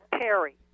Perry